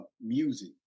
music